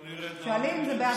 אם לא, נרד, נעלה, נרד, נעלה.